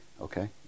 okay